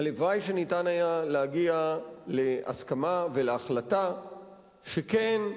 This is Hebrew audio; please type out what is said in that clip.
הלוואי שניתן היה להגיע להסכמה ולהחלטה שכן,